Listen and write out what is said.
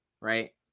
right